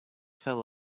fell